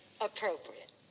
appropriate